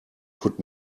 could